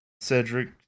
Cedric